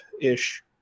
ish